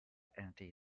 anti